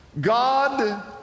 God